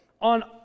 on